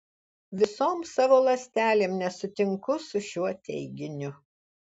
visom savo ląstelėm nesutinku su šiuo teiginiu